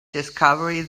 discovery